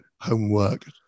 homework